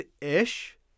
ish